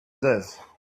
live